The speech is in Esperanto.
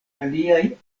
aliaj